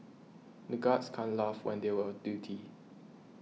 the guards can't laugh when they were on duty